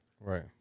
Right